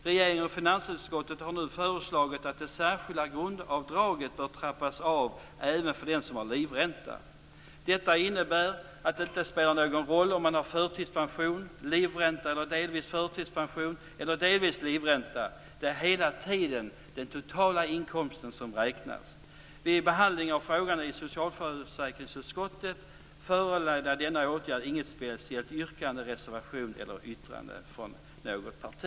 Regeringen och finansutskottet har nu föreslagit att det särskilda grundavdraget bör trappas av även för den som har livränta. Detta innebär att det inte spelar någon roll om man har förtidspension, livränta, delvis förtidspension eller delvis livränta - det är hela tiden den totala inkomsten som räknas. Vid behandlingen av frågan i socialförsäkringsutskottet föranledde denna åtgärd inte något speciellt yrkande, någon reservation eller något yttrande från något parti.